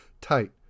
Tight